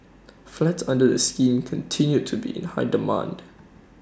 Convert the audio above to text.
flats under the scheme continue to be in high demand